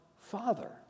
Father